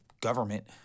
government